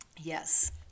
Yes